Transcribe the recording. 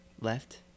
left